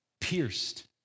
pierced